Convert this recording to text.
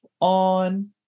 on